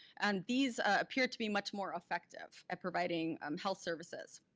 and these appear to be much more effective at providing um health services.